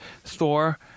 Thor